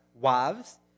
wives